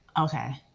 Okay